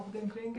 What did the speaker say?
עורך הדין קלינגר,